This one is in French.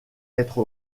être